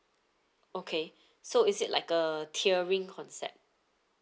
okay so is it like a tiering concept